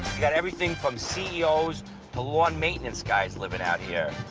you got everything from ceos to lawn maintenance guys living out here.